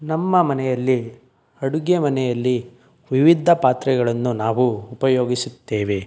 ನಮ್ಮ ಮನೆಯಲ್ಲಿ ಅಡುಗೆ ಮನೆಯಲ್ಲಿ ವಿವಿಧ ಪಾತ್ರೆಗಳನ್ನು ನಾವು ಉಪಯೋಗಿಸುತ್ತೇವೆ